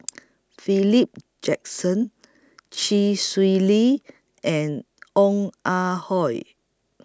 Philip Jackson Chee Swee Lee and Ong Ah Hoi